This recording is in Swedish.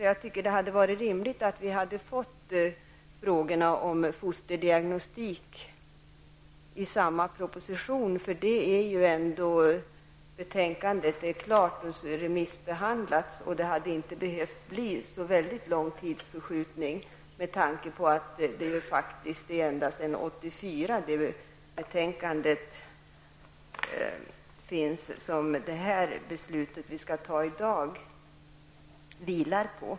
Jag tycker att det hade varit rimligt att vi fått frågorna om fosterdiagnostik i samma proposition. Betänkandet är klart och remissbehandlat. Det hade inte behövt bli så väldigt lång tidsförskjutning, med tanke på att det betänkande som det beslut vi skall fatta i dag vilar på faktiskt har funnits sedan 1984.